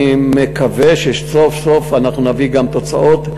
ואני מקווה שסוף-סוף אנחנו נביא גם תוצאות,